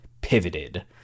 pivoted